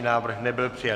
Návrh nebyl přijat.